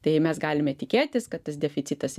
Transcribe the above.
tai mes galime tikėtis kad tas deficitas